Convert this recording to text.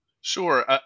Sure